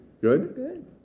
Good